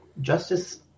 Justice